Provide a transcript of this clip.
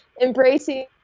embracing